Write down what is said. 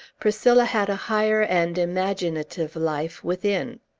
priscilla had a higher and imaginative life within.